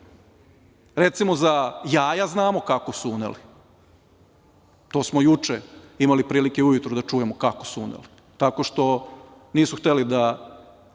Recimo za jaja znamo kako su uneli. To smo juče imali prilike ujutru da čujemo kako su uneli, tako što nisu hteli da